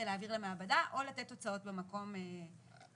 להעביר למעבדה או לתת תוצאות במקום לבדיקה.